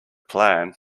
plan